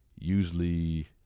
usually